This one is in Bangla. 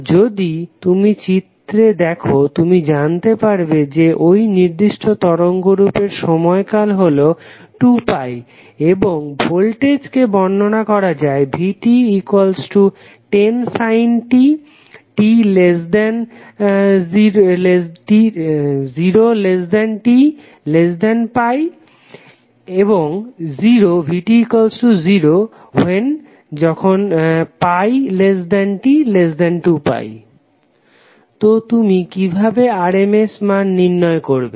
তো যদি তুমি চিত্রটি দেখো তুমি জানতে পারবে যে ওই নির্দিষ্ট তরঙ্গরুপের সময় কাল হলো 2π এবং ভোল্টেজ কে বর্ণনা করা যায় vt10 t 0tπ 0πt2π তো তুমি কিভাবে RMS মান নির্ণয় করবে